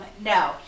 No